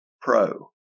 pro